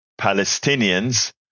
Palestinians